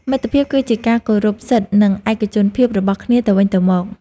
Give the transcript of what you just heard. មិត្តភាពគឺជាការគោរពសិទ្ធិ និងឯកជនភាពរបស់គ្នាទៅវិញទៅមក។